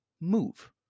move